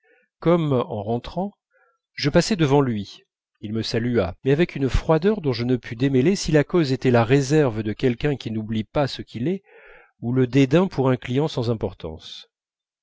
comme en rentrant je passai devant lui il me salua mais avec une froideur dont je ne pus démêler si la cause était la réserve de quelqu'un qui n'oublie pas ce qu'il est ou le dédain pour un client sans importance